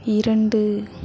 இரண்டு